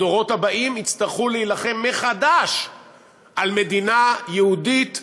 הדורות הבאים יצטרכו להילחם מחדש על מדינה יהודית,